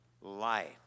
life